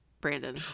Brandon